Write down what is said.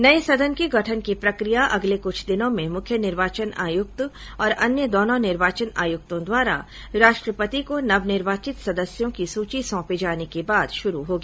नये सदन के गठन की प्रक्रिया अगले कुछ दिनों में मुख्य निर्वाचन आयुक्त और अन्य दोनों निर्वाचन आयुक्तों द्वारा राष्ट्रतपति को नवनिर्वाचित सदस्यों की सूची सौंपे जाने के बाद शुरू होगी